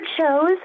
shows